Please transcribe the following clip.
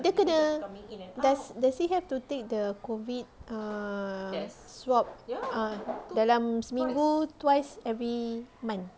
dia kena does does he have to take the COVID err swab err dalam seminggu twice every month